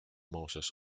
moses